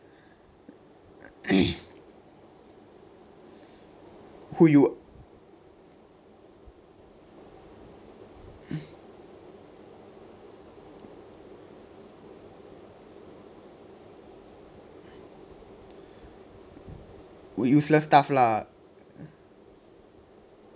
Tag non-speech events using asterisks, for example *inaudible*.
*noise* who you who useless stuff lah